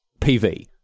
PV